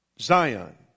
Zion